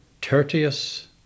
Tertius